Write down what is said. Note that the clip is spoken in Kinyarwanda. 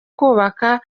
kubaka